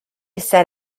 said